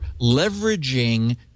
leveraging